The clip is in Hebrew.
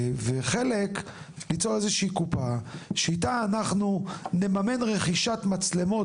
וחלק למצוא קופה מסוימת שאיתה אנחנו נממן רכישת מצלמות